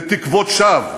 לתקוות שווא.